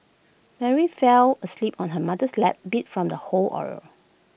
Mary fell asleep on her mother's lap beat from the whole ordeal